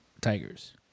tigers